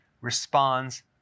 responds